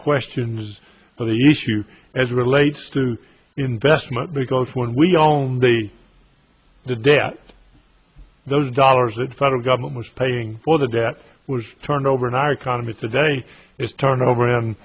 questions of the use you as relates to investment because when we own the debt those dollars that the federal government was paying for the debt was turned over in our economy today is turnover in